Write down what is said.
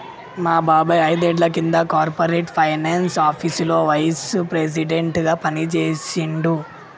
మా బాబాయ్ ఐదేండ్ల కింద కార్పొరేట్ ఫైనాన్స్ ఆపీసులో వైస్ ప్రెసిడెంట్గా పనిజేశిండు